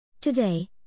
Today